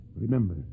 Remember